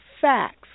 facts